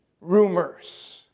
rumors